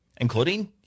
Including